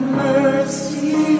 mercy